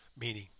Meaning